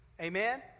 Amen